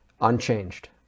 Unchanged